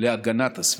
להגנת הסביבה.